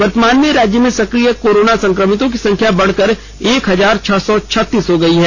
वर्तमान में राज्य में सक्रिय कोरोना संक्रमितों की संख्या बढ़कर एक हजार छह सौ छत्तीस हो गई है